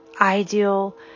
ideal